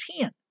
ten